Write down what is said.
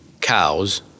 cows